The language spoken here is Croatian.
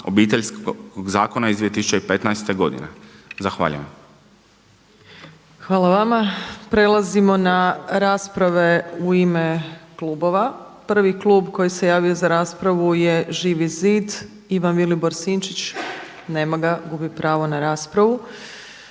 Obiteljskog zakona iz 2015. godine. Zahvaljujem. **Opačić, Milanka (SDP)** Hvala vama. Prelazimo na rasprave u ime klubova. Prvi klub koji se javio za raspravu je Živi zid, Ivan Vilibor Sinčić. Nema ga. Gubi pravo na raspravu.